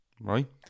right